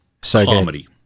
comedy